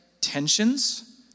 tensions